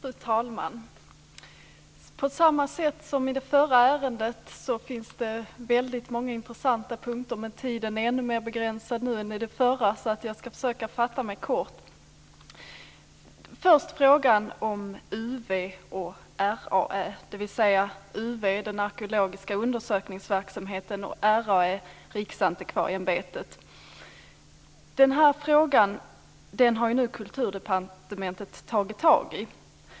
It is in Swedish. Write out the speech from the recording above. Fru talman! På samma sätt som i det förra ärendet finns det väldigt många intressanta punkter. Men tiden är ännu mer begränsad nu än i det förra ärendet, så jag ska försöka att fatta mig kort. Först till frågan om UV och RAÄ. UV är den arkeologiska undersökningsverksamheten och RAÄ är Riksantikvarieämbetet. Den här frågan har Kulturdepartementet tagit tag i.